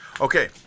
Okay